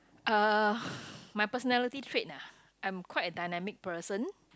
uh my personality trait ah I'm quite a dynamic person